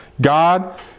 God